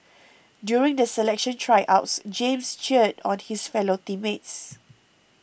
during the selection Tryouts James cheered on his fellow team mates